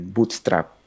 Bootstrap